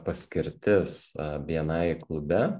paskirtis bni klube